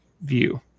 view